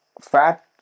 fat